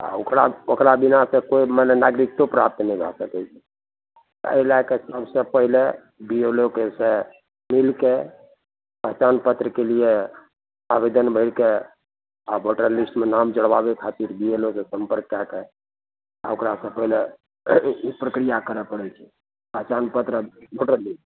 आ ओकरा ओकरा बिना तऽ कोइ माने नागरिकतो प्राप्त नहि भए सकै छै एहि लए कऽ सबसे पहिले बी एलओके से मिलके पहचान पत्रके लिए आवेदन भरि कऽ आ भोटर लिस्टमे नाम जोड़बाबै खातिर बीएलओके सम्पर्क कए कऽ आ ओकरासँ पहिले ई प्रक्रिआ करऽ पड़ै छै पहचान पत्र भोटर लिस्ट